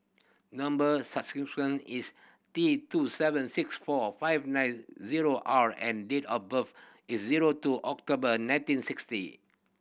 number is T two seven six four five nine zero R and date of birth is zero two October nineteen sixty